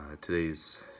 Today's